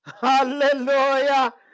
Hallelujah